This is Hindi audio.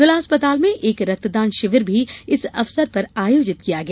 जिला अस्पताल में एक रक्तदान शिविर भी इस अवसर पर आयोजित किया गया